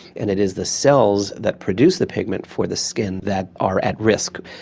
and it is the cells that produce the pigment for the skin that are at risk.